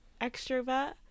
extrovert